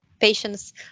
patients